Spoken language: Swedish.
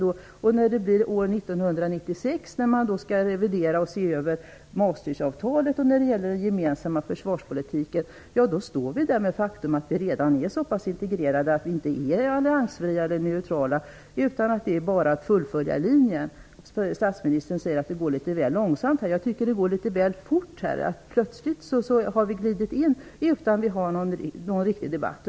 När man år 1996 skall revidera Maastrichtavtalet och det gäller den gemensamma försvarspolitiken står vi inför det faktum att vi redan är så integrerade att vi inte är alliansfria eller neutrala utan att bara har att fullfölja det hela. Statsministern sade att det går litet väl långsamt. Jag tycker att det går litet väl fort. Plötsligt har vi glidit in utan att vi har haft någon riktig debatt.